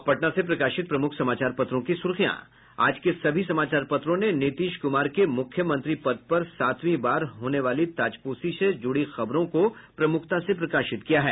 अब पटना से प्रकाशित प्रमुख समाचार पत्रों की सुर्खियां आज के सभी समाचार पत्रों ने नीतीश कुमार के मुख्यमंत्री पद पर सातवीं बाद होने वाली ताजपोशी से जुड़ी खबरों को प्रमुखता से प्रकाशित किया है